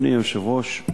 אדוני היושב-ראש,